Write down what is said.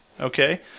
okay